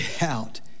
out